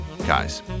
Guys